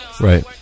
Right